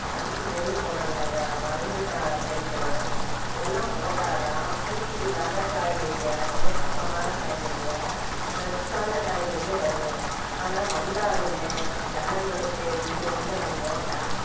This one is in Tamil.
அதுக்கு எரு போடணும் நாங்கள் மருந்து த தெளிக்கணும் இதெல்லாம் போட்டால்தான் பூச்சி இல்லாத காய்கறிங்கள் நல்ல சுத்தமான காய்கறிகள் ஃப்ரெஸ்ஸான காய்கறிகள் வரும் ஆனால் வந்தாலுமே ஜனங்களுக்கு இங்கே வந்து நம்ம போட்டால்